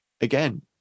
again